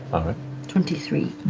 um ah twenty three.